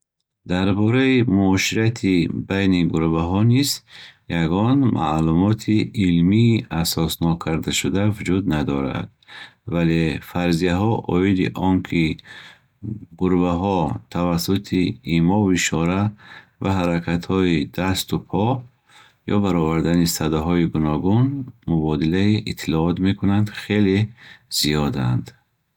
Дар бораи муоширати байни гурбаҳо низ ягон маълумоти илмии асосноккардашуда вуҷуд надорад, вале фарзияҳо оиди он ки гурбаҳо тавассути имову ишора ва ҳаракатҳои дасту по ва баровардани садоҳои гуногун мубодилаи иттилоот мекунанд, хеле зиёд аст.